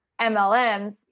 MLMs